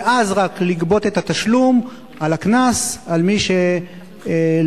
ורק אז לגבות את התשלום של הקנס ממי שלא